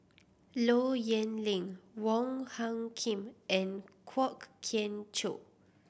Low Yen Ling Wong Hung Khim and Kwok Kian Chow